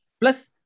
Plus